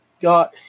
got